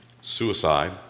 suicide